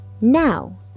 Now